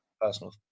personal